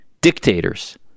Dictators